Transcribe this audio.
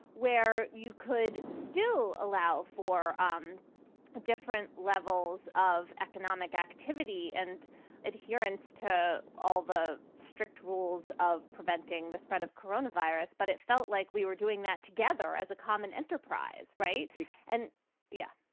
where you could still allow for um different levels of economic activity and adherence to all the strict rules of preventing the spread of coronavirus. but it felt like we were doing that together as a common enterprise. right and yeah,